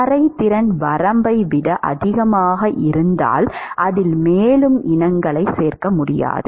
கரைதிறன் வரம்பை விட அதிகமாக இருந்தால் அதில் மேலும் இனங்களைச் சேர்க்க முடியாது